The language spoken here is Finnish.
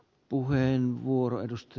arvoisa puhemies